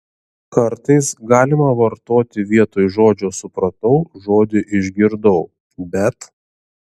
kartais galima vartoti vietoj žodžio supratau žodį išgirdau bet